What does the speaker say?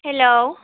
hello